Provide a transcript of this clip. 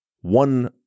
one